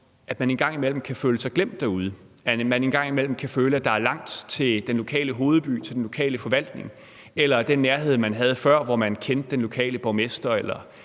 kommer rundt – kan føle sig glemt, hvor man kan føle, at der er langt til den lokale hovedby, til den lokale forvaltning, og der ikke er den nærhed, man havde før, hvor man kendte den lokale borgmester,